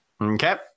Okay